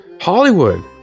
Hollywood